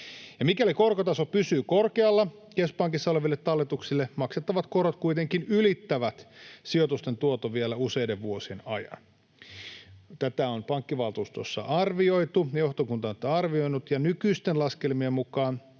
mikäli korkotaso pysyy korkealla, keskuspankissa oleville talletuksille maksettavat korot kuitenkin ylittävät sijoitusten tuoton vielä useiden vuosien ajan. Tätä on pankkivaltuustossa arvioitu, ja johtokunta on tätä arvioinut, ja nykyisten laskelmien mukaan